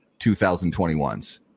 2021s